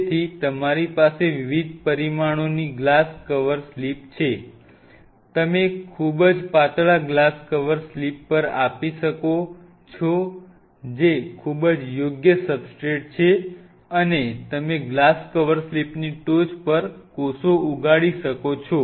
તેથી તમારી પાસે વિવિધ પરિમાણોની ગ્લાસ કવર સ્લિપ છે તમે ખૂબ જ પાતળા ગ્લાસ કવર સ્લિપ આપી શકો છો જે ખૂબ જ યોગ્ય સબસ્ટ્રેટ છે અને તમે ગ્લાસ કવર સ્લિપ્સની ટોચ પર કોષો ઉગાડી શકો છો